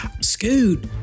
Scoot